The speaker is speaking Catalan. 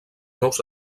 nous